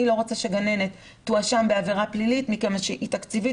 אני לא רוצה שגננת תואשם בעבירה פלילית מכיוון שתקציבית